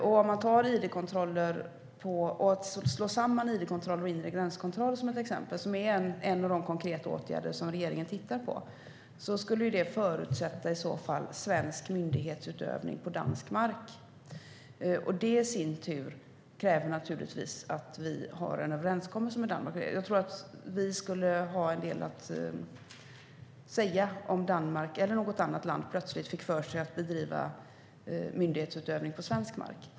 Om id-kontroller slås samman med inre gränskontroller, en av de konkreta åtgärder som regeringen tittar på, skulle det förutsätta svensk myndighetsutövning på dansk mark. Det i sin tur kräver naturligtvis att Sverige har en överenskommelse med Danmark. Vi skulle ha en del att säga om Danmark, eller något annat land, plötsligt fick för sig att bedriva myndighetsutövning på svensk mark.